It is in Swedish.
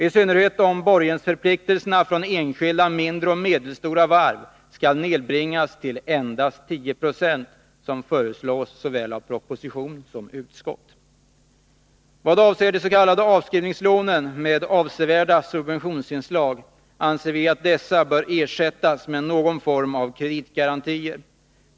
I synnerhet när borgensförpliktelserna från enskilda mindre och medelstora varv skall nedbringas till endast 10 96, som föreslås såväl i proposition som av utskott. Vad avser de s.k. avskrivningslånen med avsevärda subventionsinslag anser vi att dessa bör ersättas med någon form av kreditgarantier.